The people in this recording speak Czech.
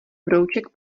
brouček